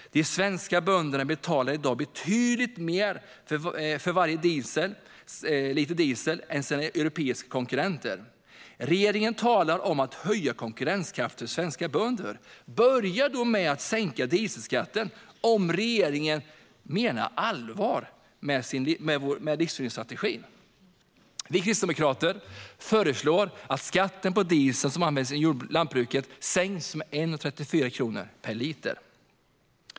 De svenska bönderna betalar i dag betydligt mer för varje liter diesel än sina europeiska konkurrenter. Regeringen talar om att höja konkurrenskraften för svenska bönder. Börja då med att sänka dieselskatten - om regeringen menar allvar med livsmedelsstrategin. Vi kristdemokrater föreslår att skatten på den diesel som används inom lantbruket sänks med 1,34 kronor per liter.